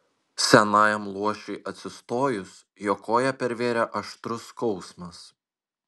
senajam luošiui atsistojus jo koją pervėrė aštrus skausmas